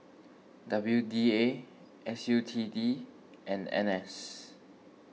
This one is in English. W D A S U T D and N S